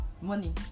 money